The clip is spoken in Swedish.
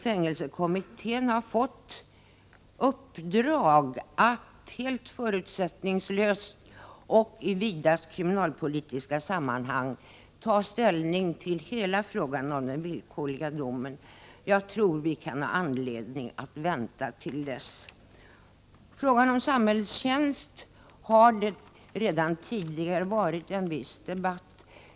Fängelsestraffkommittén har fått i uppdrag att helt förutsättningslöst och i vidaste kriminalpolitiska sammanhang ta ställning till hela frågan om den villkorliga domen. Jag tror att vi kan ha anledning att vänta på dess resultat. Frågan om samhällstjänst har det redan varit en viss debatt om.